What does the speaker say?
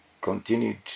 continued